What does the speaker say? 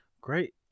Great